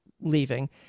leaving